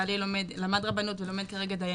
בעלי למד רבנות ולומד כרגע דיינות.